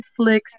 Netflix